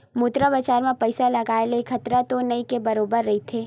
मुद्रा बजार म पइसा लगाय ले खतरा तो नइ के बरोबर रहिथे